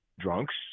Drunks